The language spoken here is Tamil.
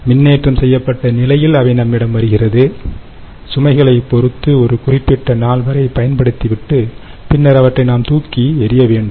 மின்னேற்றம் செய்யப்பட்ட நிலையில் அவை நம்மிடம் வருகிறது சுமைகளைப் பொறுத்து ஒரு குறிப்பிட்ட நாள் வரை பயன்படுத்திவிட்டு பின்னர் அவற்றை நாம் தூக்கி எறிய வேண்டும்